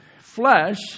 Flesh